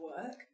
work